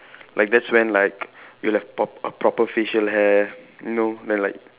like that's when like you'll have prop~ proper facial hair you know then like